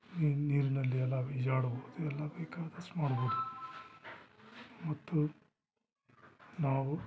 ನಿ ನೀರಿನಲ್ಲಿ ಎಲ್ಲ ಈಜಾಡ್ಬೌದು ಎಲ್ಲ ಬೇಕಾದಷ್ಟು ಮಾಡ್ಬೌದು ಮತ್ತು ನಾವು